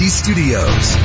studios